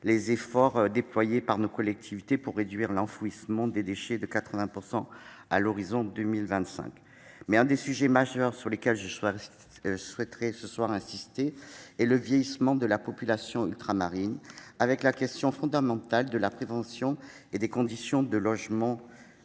les efforts déployés par nos collectivités pour réduire l'enfouissement des déchets de 80 % à l'horizon de 2025. L'un des sujets majeurs sur lesquels je souhaite aujourd'hui insister est le vieillissement de la population ultramarine, les questions fondamentales de la prévention et des conditions de logement